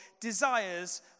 desires